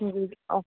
ꯁꯤꯡꯖꯨꯒꯤ ꯑꯣ